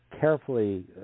carefully